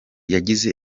yagize